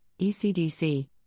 ECDC